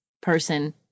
person